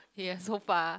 yeah so far